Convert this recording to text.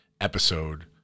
episode